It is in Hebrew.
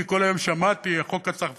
כי כל היום שמעתי: החוק הצרפתי,